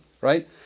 right